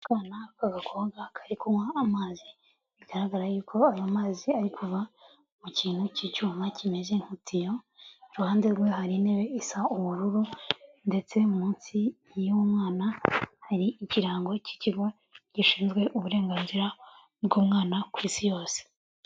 Akana k'agakobwa kari kunywa amazi, bigaragara yuko ayo mazi ari kuva mu kintu cy'icyuma kimeze nk'itiyo, iruhande rwe hari intebe isa ubururu, ndetse munsi y'uwo mwana hari ikirango cy'ikigo gishinzwe uburenganzira bw'umwana ku isi yose.